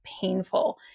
painful